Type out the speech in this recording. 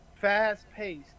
fast-paced